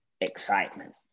excitement